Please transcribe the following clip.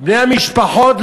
בני המשפחות,